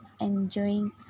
enjoying